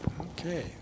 Okay